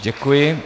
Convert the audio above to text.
Děkuji.